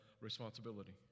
responsibility